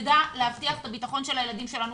שנדע להבטיח את הביטחון של הילדים שלנו.